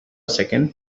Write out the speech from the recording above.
second